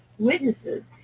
witnesses,